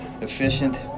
efficient